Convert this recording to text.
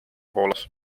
poolas